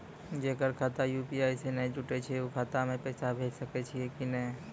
जेकर खाता यु.पी.आई से नैय जुटल छै उ खाता मे पैसा भेज सकै छियै कि नै?